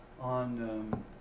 on